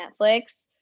Netflix